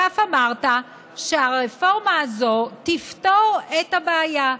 ואף אמרת שהרפורמה הזו תפתור את הבעיה.